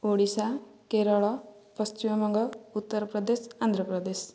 Odisha Kerala Paschimbanga Uttar Pradesh Andhra Pradesh